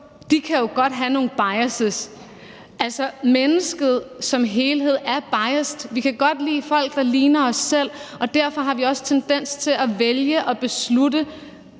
booker, jo godt kan være biased. Altså, mennesket som helhed er biased. Vi kan godt lide folk, der ligner os selv, og derfor har vi også tendens til at vælge og beslutte